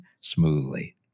smoothly